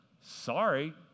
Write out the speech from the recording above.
sorry